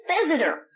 visitor